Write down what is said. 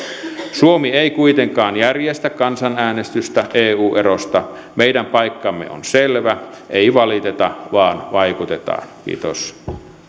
suomi ei kuitenkaan järjestä kansanäänestystä eu erosta meidän paikkamme on selvä ei valiteta vaan vaikutetaan kiitos